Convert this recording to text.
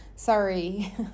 sorry